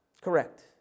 Correct